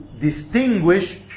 distinguish